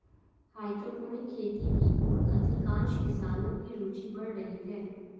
hydroponic खेती की ओर अधिकांश किसानों की रूचि बढ़ रही है